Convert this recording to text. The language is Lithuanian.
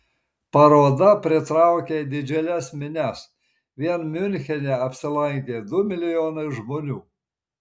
paroda pritraukė didžiules minias vien miunchene apsilankė du milijonai žmonių